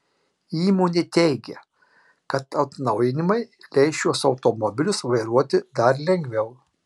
įmonė teigia kad atnaujinimai leis šiuos automobilius vairuoti dar lengviau